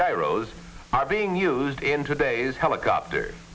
gyros are being used in today's helicopter